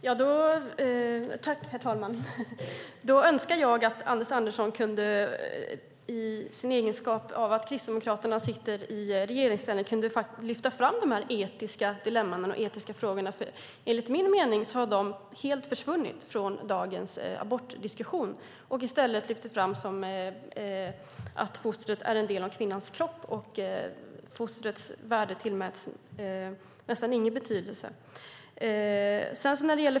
Herr talman! Eftersom Kristdemokraterna sitter i regeringen önskar jag att Anders Andersson kunde lyfte fram dessa etiska dilemman och de etiska frågorna. Enligt min mening har de helt försvunnit från dagens abortdiskussion. I stället lyfter man fram att fostret är en del av kvinnans kropp. Fostret tillmäts nästan ingen betydelse.